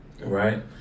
right